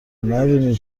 نبینی